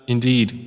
Indeed